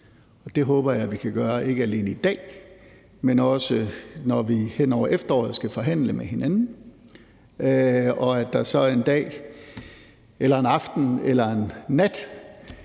det håber jeg vi kan gøre, ikke alene i dag, men også når vi hen over efteråret skal forhandle med hinanden. Og jeg håber, at der så en dag eller en aften eller en nat